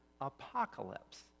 apocalypse